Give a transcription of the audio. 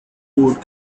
code